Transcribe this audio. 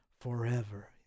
forever